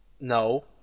No